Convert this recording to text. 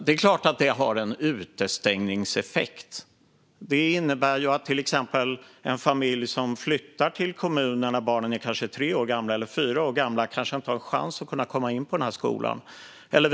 Det är klart att det har en utestängningseffekt. Det innebär ju att en familj som flyttar till en ny kommun när barnen är tre eller fyra år gamla kanske inte har en chans att få in barnen på vissa skolor.